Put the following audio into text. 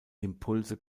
impulse